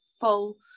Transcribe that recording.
full